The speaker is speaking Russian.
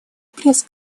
пресс